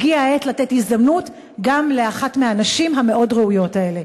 הגיעה העת לתת הזדמנות גם לאחת מהנשים המאוד-ראויות האלה.